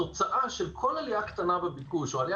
התוצאה של כל עליה קטנה בביקוש או עליה